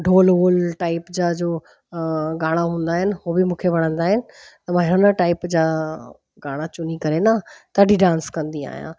ढोल वोल टाइप जा जो गाणा हूंदा आहिनि हो बि मूंखे वणंदा आहिनि त मां हुन टाइप जा गाणा चुनी करे न तॾहिं डांस कंदी आहियां